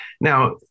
Now